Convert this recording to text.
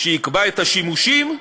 שיקבע את השימושים,